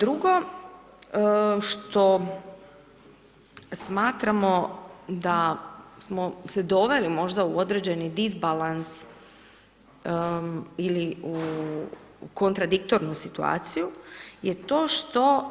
Drugo, što smatramo da smo se doveli možda u određeni disbalans ili u kontradiktornu situaciju, je to što